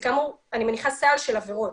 אני מניחה שזה סל של עבירות,